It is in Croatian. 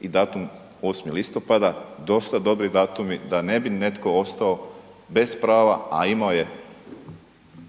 i datum 8.10. dosta dobri datumi da ne bi netko ostao bez prava, a imao je